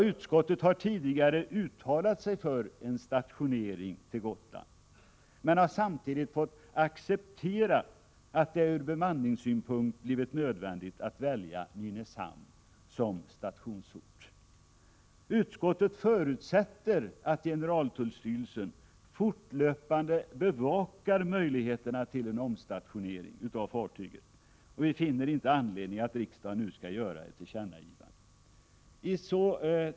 Utskottet har tidigare uttalat sig för en stationering till Gotland, men har samtidigt fått acceptera att det ur bemanningssynpunkt blivit nödvändigt att välja Nynäshamn som stationeringsort. Utskottet förutsätter att generaltullstyrelsen fortlöpande bevakar möjligheterna till en omstationering av fartyget, och vi finner inte anledning att riksdagen nu skall göra ett tillkännagivande.